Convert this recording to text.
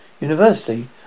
University